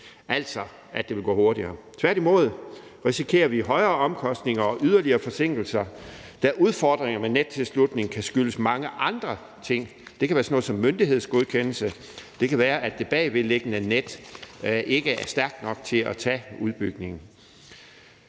altså at det vil gå hurtigere. Tværtimod risikerer vi højere omkostninger og yderligere forsinkelser, da udfordringerne ved nettilslutning kan skyldes mange andre ting. Det kan være sådan noget som myndighedsgodkendelse, eller det kan være, at det bagvedliggende net ikke er stærkt nok til at klare udbygningen.